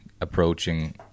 approaching